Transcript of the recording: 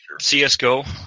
CSGO